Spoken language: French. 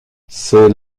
c’est